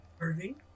Irving